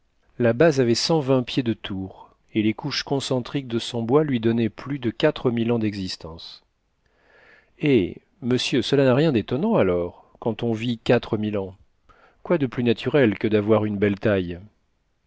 la base avait cent vingt pieds de tour et les couches concentriques de son bois lui donnaient plus de quatre mille ans d'existence eh monsieur cela n'a rien d'étonnant alors quand on vit quatre mille ans quoi de plus naturel que d'avoir une belle taille